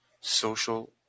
Social